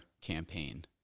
campaign